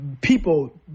people